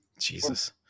Jesus